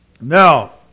Now